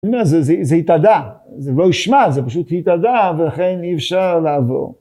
אומר, זה, זה התאדה, זה לא ישמע, זה פשוט התאדה ולכן אי אפשר לעבור.